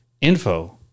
info